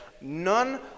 None